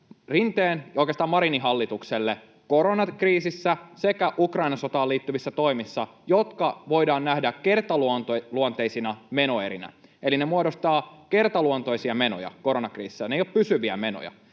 Rinteen tai oikeastaan Marinin hallitukselle koronakriisissä sekä Ukrainan sotaan liittyvissä toimissa, jotka voidaan nähdä kertaluonteisina menoerinä. Eli ne muodostivat kertaluontoisia menoja koronakriisissä, ne eivät olleet pysyviä menoja.